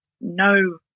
no